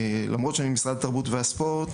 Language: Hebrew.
למרות שאני ממשרד התרבות והספורט,